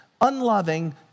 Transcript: unloving